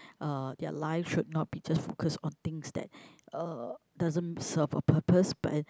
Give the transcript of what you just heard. uh their lives should not be just focused on things that uh doesn't serve a purpose but